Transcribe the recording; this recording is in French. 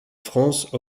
france